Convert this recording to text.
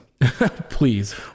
please